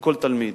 לכל תלמיד.